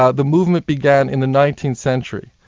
ah the movement began in the nineteenth century.